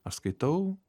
aš skaitau